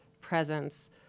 presence